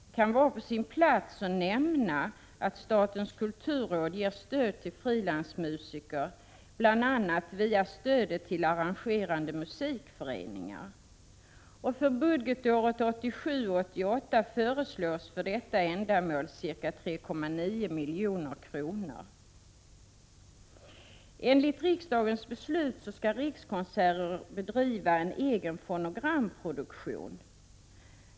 Det kan vara på sin plats att nämna att statens kulturråd ger stöd till frilansmusiker, bl.a. via stödet till arrangerande musikföreningar. För budgetåret 1987/88 föreslås för detta ändamål ca 3,9 milj.kr. Enligt riksdagens beslut skall Rikskonserter bedriva en egen fonogramproduktion.